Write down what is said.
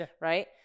right